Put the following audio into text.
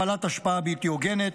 הפעלת השפעה בלתי הוגנת,